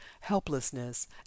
helplessness